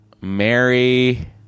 mary